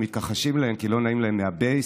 מתכחשים להן כי לא נעים להם מהבייס.